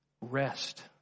Rest